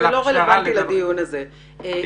אבל זה לא רלוונטי לדיון הזה.